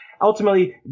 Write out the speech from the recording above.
Ultimately